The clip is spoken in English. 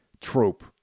trope